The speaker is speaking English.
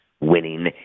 winning